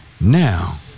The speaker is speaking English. now